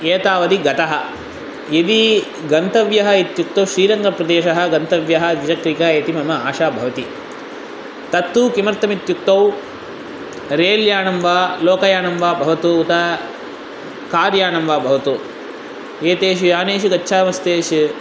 एतावद् गतः यदि गन्तव्यः इत्युक्तौ श्रीरङ्ग प्रदेशः गन्तव्यः द्विचक्रिकया इति मम आशा भवति तत्तु किमर्थम् इत्युक्तौ रेलयानं वा लोकयानं वा भवतु उत कार्यानं वा भवतु एतेषु यानेषु गच्छामश्चेत्